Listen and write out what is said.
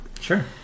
Sure